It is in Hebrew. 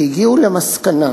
כי הגיעו למסקנה,